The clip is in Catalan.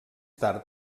tard